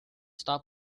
stop